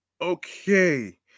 okay